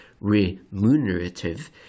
remunerative